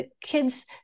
kids